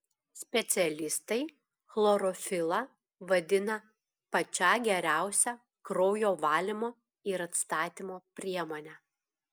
specialistai chlorofilą vadina pačia geriausia kraujo valymo ir atstatymo priemone